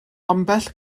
ambell